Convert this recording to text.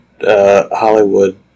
Hollywood